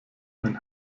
ein